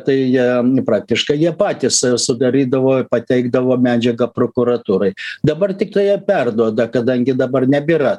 tai praktiškai jie patys sudarydavo pateikdavo medžiagą prokuratūrai dabar tiktai jie perduoda kadangi dabar nebėra